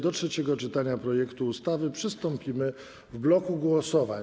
Do trzeciego czytania projektu ustawy przystąpimy w bloku głosowań.